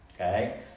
okay